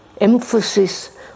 emphasis